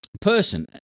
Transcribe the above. person